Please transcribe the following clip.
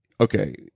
okay